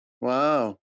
Wow